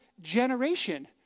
generation